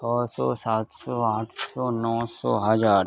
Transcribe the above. ছশো সাতশো আটশো নশো হাজার